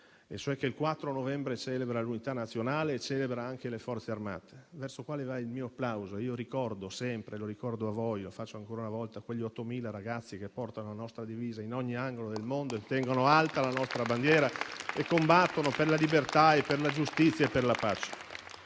il 4 novembre celebra l'Unità nazionale e anche le Forze Armate, verso le quali va il mio applauso. Ricordo sempre e lo ricordo a voi, lo faccio ancora una volta, quegli 8.000 ragazzi che portano la nostra divisa in ogni angolo del mondo, tengono alta la nostra bandiera e combattono per la libertà, per la giustizia e per la pace.